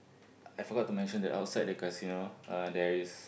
I forgot to mention the outside the casino uh there is